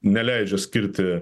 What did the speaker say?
neleidžia skirti